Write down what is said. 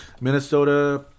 Minnesota